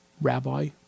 Rabbi